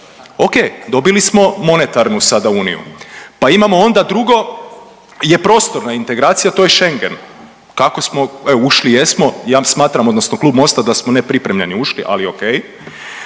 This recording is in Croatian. O.k. dobili smo monetarnu sada Uniju. Pa imamo onda drugo je prostorna integracija to je Schengen. Kako smo, evo ušli jesmo. Ja smatram, odnosno klub MOST-a da smo nepripremljeni ušli, ali o.k.